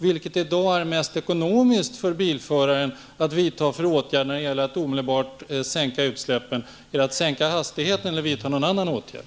Vilken åtgärd är mest ekonomisk i dag för bilföraren att vidta när det gäller att omedelbart sänka utsläppen? Är det att sänka hastigheten eller att vidta någon annan åtgärd?